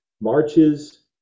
marches